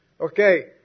okay